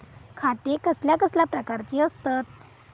खाते कसल्या कसल्या प्रकारची असतत?